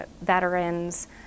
veterans